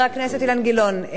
חבר הכנסת אילן גילאון,